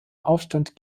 aufstand